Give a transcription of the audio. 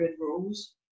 rules